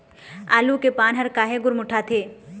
आलू के पान हर काहे गुरमुटाथे?